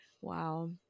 wow